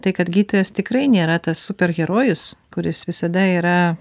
tai kad gydytojas tikrai nėra tas superherojus kuris visada yra